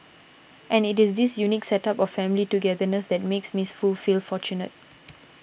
and it is this unique set up of family togetherness that makes Miss Foo feel fortunate